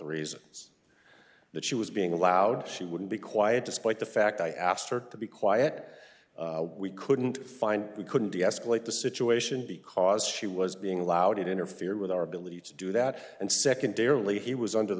reasons that she was being allowed she wouldn't be quiet despite the fact i asked her to be quiet we couldn't find we couldn't deescalate the situation because she was being loud it interfere with our ability to do that and secondarily he was under the